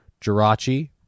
Jirachi